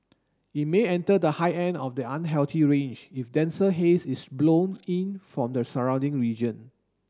it may enter the high end of the unhealthy range if denser haze is blown in from the surrounding region